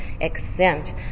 exempt